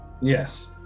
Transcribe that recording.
Yes